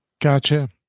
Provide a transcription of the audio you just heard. Gotcha